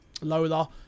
Lola